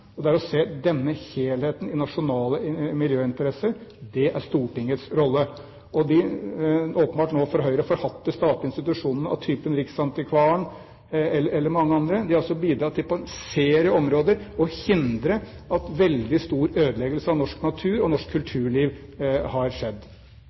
enkelte kommune. Det å se denne helheten i nasjonale miljøinteresser er Stortingets rolle. De åpenbart nå for Høyre forhatte institusjonene av typen riksantikvaren eller mange andre har bidratt til på en serie områder å hindre at veldig stor ødeleggelse av norsk natur og norsk